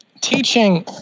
teaching